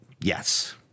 Yes